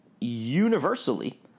universally